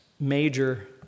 major